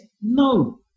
No